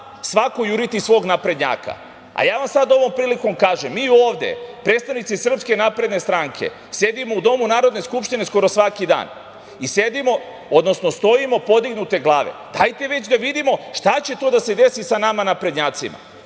svako juriti svog naprednjaka, a ja vam sada ovom prilikom kažem – mi ovde predstavnici SNS sedimo u domu Narodne skupštine skoro svaki dan i stojimo podignute glave. Dajte već da vidimo šta će to da se desi sa nama naprednjacima.